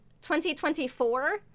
2024